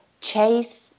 chase